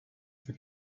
for